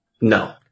No